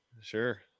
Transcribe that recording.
Sure